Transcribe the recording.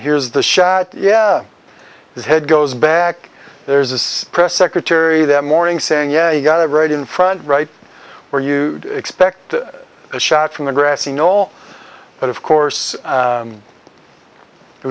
here's the shot yeah his head goes back there's this press secretary that morning saying yeah you got it right in front right where you expect a shot from the grassy knoll but of course